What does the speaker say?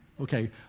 Okay